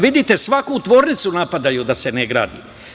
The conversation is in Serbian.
Vidite, svaku fabriku napadaju da se ne gradi.